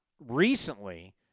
recently –